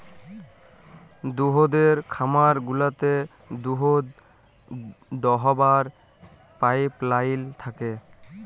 দুহুদের খামার গুলাতে দুহুদ দহাবার পাইপলাইল থ্যাকে